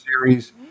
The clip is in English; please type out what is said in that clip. series